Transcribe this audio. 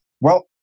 Well-